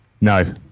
No